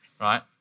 right